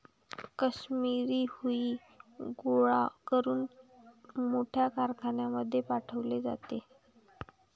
काश्मिरी हुई गोळा करून मोठ्या कारखान्यांमध्ये पाठवले जाते